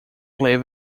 living